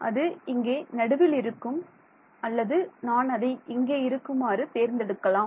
அது இங்கே நடுவில் இருக்கும் அல்லது நான் அதை இங்கே இருக்குமாறு தேர்ந்தெடுக்கலாம்